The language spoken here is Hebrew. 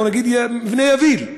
בוא נגיד מבנה יביל.